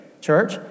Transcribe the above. Church